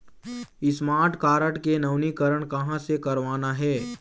Smart card के नवीनीकरण कहां से करवाना हे?